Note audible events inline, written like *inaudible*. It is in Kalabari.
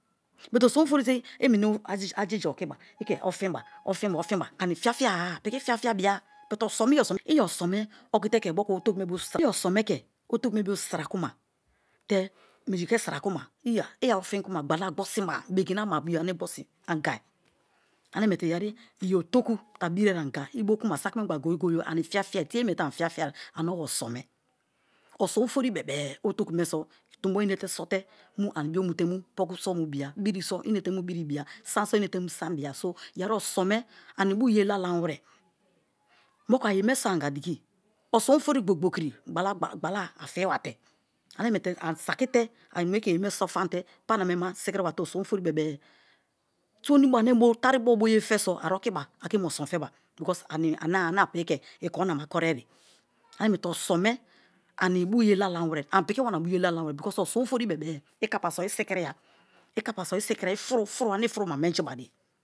But oso̱n ofori te imeni ajija okiba, i ke ofinba, ofinba-ofinba ani fiafia-a pi̱ki̱ fiafia bia. But oso̱n me *unintelligible* i̱ oso̱n me okiteke otoku me bo sira kuma te minji ke sirakuma iya i ofin kuma gbala gbosinma bekina ana bio i gbesi anga ane miete yeri iyotu te a birie anga sakimengba goye goye ani fiafia, tie mete ani fiafia o oso̱n me. Oso̱n ofori bebe-e otoku me sọ to̱mbo̱ inete so̱te mu ani bio mu te mu pokuso mubia, biri so i inete mu biri bia, san-so inete mu san-bia, so yeri oso̱n me ani ibu ye lalamere moku aye me soi anga diki oso̱n ofori gbokiri gbala gbala-gbala, gbala afiba te. Ane miete a sakite a mie ke yeme so famte pani ame-ema sikiri te oso̱n ofori bebe-e, tronibo, taribo ane boye fe-so a okiba a ke mu oson feba because ane apiki ke ikorina ma ko̱ri̱eye ane miete oson me ani ibu ye lalamwere piki wana bu̱ ye lalamwere because oson ofori bebe-e ikapa so̱ isikiri ya. Ikapa so isikiriya fu̱ru̱-fu̱ru̱ ane fu̱ru̱ ma menji bariye.